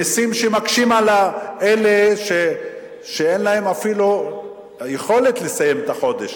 במסים שמקשים על אלה שאין להם אפילו יכולת לסיים את החודש,